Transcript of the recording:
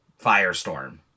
Firestorm